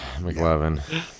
McLovin